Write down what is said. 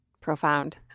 profound